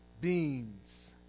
beings